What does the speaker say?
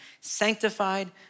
sanctified